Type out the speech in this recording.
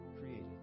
created